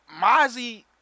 Mozzie